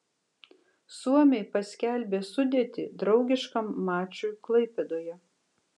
suomiai paskelbė sudėtį draugiškam mačui klaipėdoje